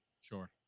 Sure